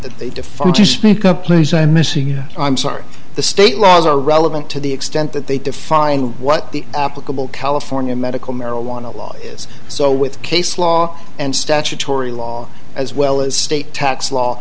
that they defer to speak up please i miss you know i'm sorry the state laws are relevant to the extent that they define what the applicable california medical marijuana law is so with case law and statutory law as well as state tax law